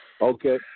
Okay